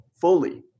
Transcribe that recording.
fully